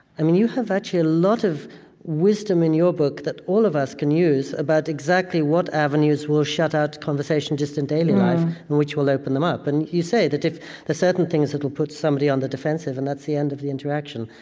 um you have actually a lot of wisdom in your book that all of us can use about exactly what avenues will shut out conversation just in daily life, and which will open them up. and you said that if the certain things that will put somebody on the defensive and that's the end of the interaction.